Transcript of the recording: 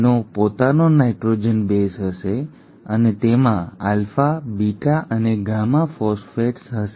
તેનો પોતાનો nitrogen base હશે અને તેમાં આલ્ફા બીટા અને ગામા ફોસ્ફેટ્સ હશે